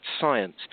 science